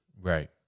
Right